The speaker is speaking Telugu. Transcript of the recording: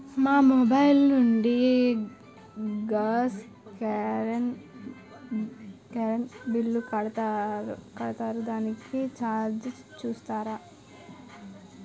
మా మొబైల్ లో నుండి గాస్, కరెన్ బిల్ కడతారు దానికి చార్జెస్ చూస్తారా?